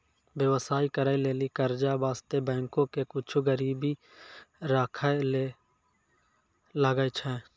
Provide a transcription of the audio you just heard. व्यवसाय करै लेली कर्जा बासतें बैंको के कुछु गरीबी राखै ले लागै छै